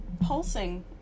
pulsing